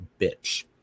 Bitch